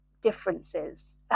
differences